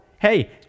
hey